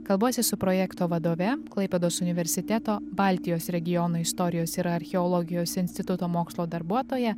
kalbuosi su projekto vadove klaipėdos universiteto baltijos regiono istorijos ir archeologijos instituto mokslo darbuotoja